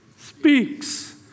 speaks